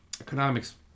economics